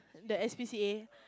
the S_P_C_A